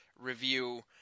review